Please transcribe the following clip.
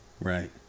Right